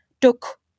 took